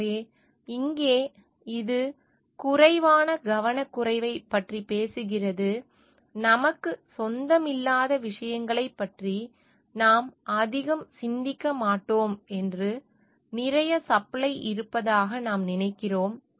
எனவே இங்கே இது குறைவான கவனக்குறைவைப் பற்றி பேசுகிறது நமக்குச் சொந்தமில்லாத விஷயங்களைப் பற்றி நாம் அதிகம் சிந்திக்க மாட்டோம் மற்றும் நிறைய சப்ளை இருப்பதாக நாம் நினைக்கிறோம்